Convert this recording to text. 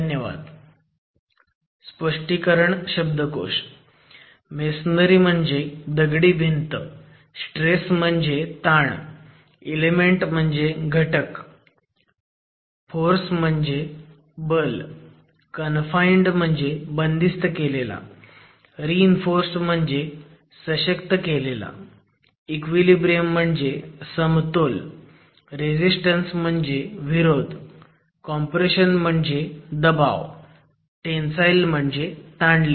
धन्यवाद